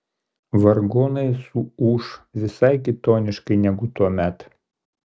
vargonai suūš visai kitoniškai negu tuomet